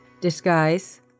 Disguise